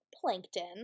plankton